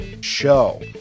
show